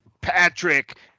Patrick